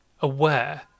aware